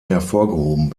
hervorgehoben